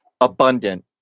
abundant